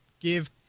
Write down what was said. give